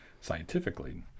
scientifically